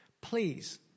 Please